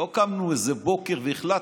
לא קמנו איזה בוקר והחלטנו.